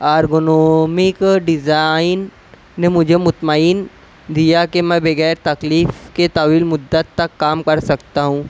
ergonomic design نے مجھے مطمئن دیا کہ میں بغیر تکلیف کے طویل مدت تک کام کر سکتا ہوں